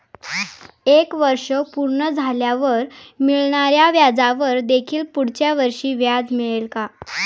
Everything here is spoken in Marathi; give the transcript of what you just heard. एक वर्ष पूर्ण झाल्यावर मिळणाऱ्या व्याजावर देखील पुढच्या वर्षी व्याज मिळेल का?